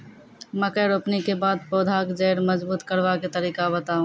मकय रोपनी के बाद पौधाक जैर मजबूत करबा के तरीका बताऊ?